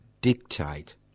dictate